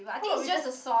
how about we just